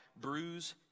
bruise